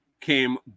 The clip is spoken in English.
came